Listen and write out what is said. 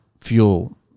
fuel